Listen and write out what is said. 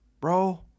bro